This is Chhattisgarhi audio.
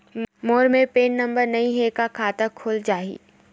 मोर मेर पैन नंबर नई हे का खाता खुल जाही?